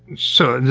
so,